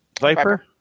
viper